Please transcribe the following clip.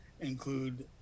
include